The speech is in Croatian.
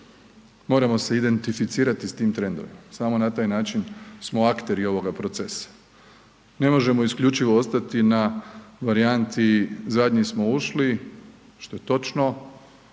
moramo se identificirati s tim trendom, samo na taj način smo akteri ovoga procesa. Ne možemo isključivo ostati na varijanti zadnji smo ušli, što je točno,